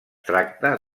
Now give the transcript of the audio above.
tracta